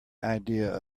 idea